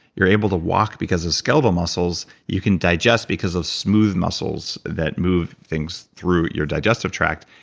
you're able to walk because of skeletal muscles. you can digest because of smooth muscles that move things through your digestive tract,